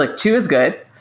like two is good.